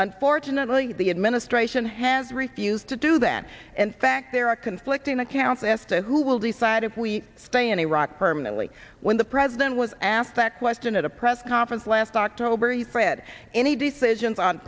unfortunately the administration has refused to do that and fact there are conflicting accounts as to who will decide if we stay in iraq permanently when the president was asked that question at a press conference last october he spread any decisions on